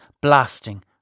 blasting